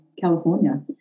California